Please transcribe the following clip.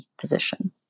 position